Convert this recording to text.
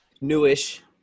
newish